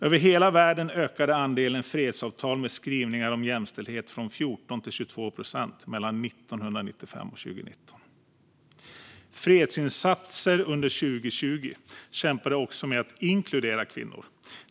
Över hela världen ökade andelen fredsavtal med skrivningar om jämställdhet från 14 till 22 procent mellan 1995 och 2019. Fredsinsatser under 2020 kämpade också med att inkludera kvinnor.